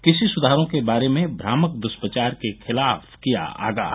कृषि सुधारों के बारे में भ्रामक द्ष्प्रचार के खिलाफ किया आगाह